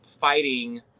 fighting